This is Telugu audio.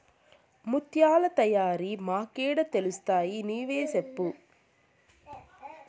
ముత్యాల తయారీ మాకేడ తెలుస్తయి నువ్వే సెప్పు